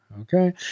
Okay